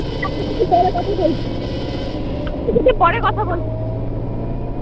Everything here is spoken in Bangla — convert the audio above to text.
একটু পরে কথা বলছি পরে কথা বলছি